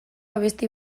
abesti